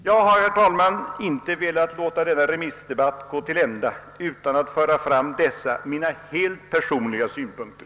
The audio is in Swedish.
Jag har, herr talman, inte velat låta denna remissdebatt gå till ända utan att föra fram dessa mina helt personliga synpunkter.